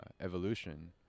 evolution